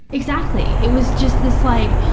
exactly. it was just this like,